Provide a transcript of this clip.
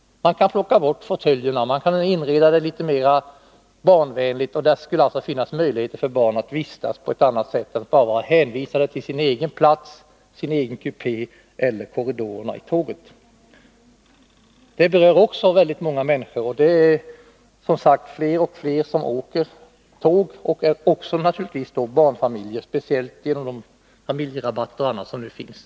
Man kan plocka bort fåtöljerna och göra det litet mera barnvänligt. Där skulle det finnas möjlighet för barn att vistas på annat sätt än att bara vara hänvisade till sin egen plats, sin egen kupé eller korridorerna i tåget. Detta berör också många människor. Det är som sagt fler och fler som åker tåg, speciellt bland barnfamiljer genom familjerabatt och annat som nu finns.